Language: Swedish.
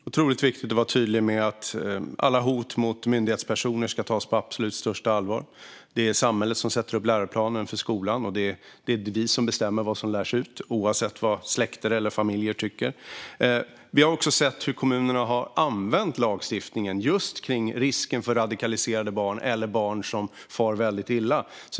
Fru talman! Det är otroligt viktigt att vara tydlig med att alla hot mot myndighetspersoner ska tas på största allvar. Det är samhället som sätter upp läroplanen för skolan, och det är vi som bestämmer vad som lärs ut oavsett vad släkter eller familjer tycker. Vi har också sett hur kommunerna har använt lagstiftningen just kring risken för att barn ska radikaliseras eller fara väldigt illa.